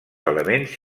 elements